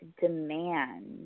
demand